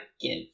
give